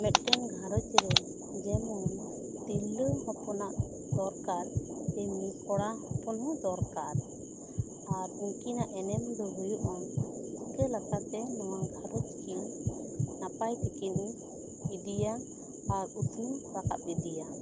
ᱢᱤᱫᱴᱮᱱ ᱜᱷᱟᱨᱚᱸᱡᱽ ᱨᱮ ᱡᱮᱢᱚᱱ ᱛᱤᱨᱞᱟᱹ ᱦᱚᱯᱚᱱᱟᱜ ᱫᱚᱨᱠᱟᱨ ᱛᱮᱢᱱᱤ ᱠᱚᱲᱟ ᱦᱚᱯᱚᱱ ᱦᱚᱸ ᱫᱚᱨᱠᱟᱨ ᱟᱨ ᱩᱱᱠᱤᱱᱟᱜ ᱮᱱᱮᱢ ᱫᱚ ᱦᱩᱭᱩᱜᱼᱟ ᱪᱤᱠᱟᱹ ᱞᱮᱠᱟᱛᱮ ᱱᱚᱣᱟ ᱜᱷᱟᱨᱚᱸᱡᱽ ᱠᱤᱱ ᱱᱟᱯᱟᱭ ᱛᱮ ᱠᱤᱱ ᱤᱫᱤᱭᱟ ᱟᱨ ᱩᱛᱱᱟᱹᱣ ᱨᱟᱠᱟᱵ ᱤᱫᱤᱭᱟ